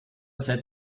said